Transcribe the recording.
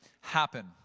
happen